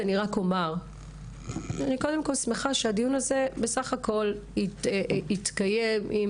אני שמחה שהדיון הזה התקיים בכבוד,